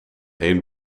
één